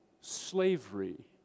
slavery